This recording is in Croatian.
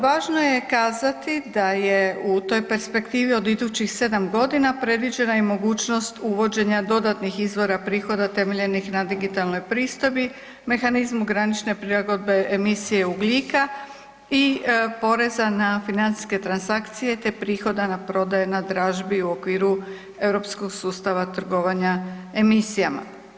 Važno je kazati da je u toj perspektivi od idućih sedam godina predviđena i mogućnost uvođenja dodatnih izvora prihoda temeljenih na digitalnoj pristojbi, mehanizmu granične prilagodbe emisije ugljika i poreza na financijske transakcije te prihoda na prodaje na dražbi u okviru europskog sustava trgovanja emisijama.